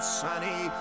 sunny